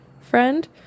friend